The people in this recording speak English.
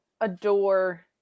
adore